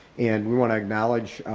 and we wanna acknowledge